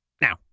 Now